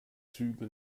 züge